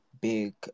big